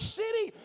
city